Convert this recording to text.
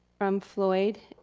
from floyd,